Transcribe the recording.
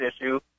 issue